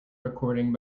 recording